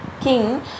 King